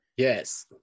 yes